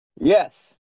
Yes